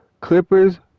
Clippers